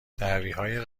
دعویهای